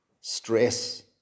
stress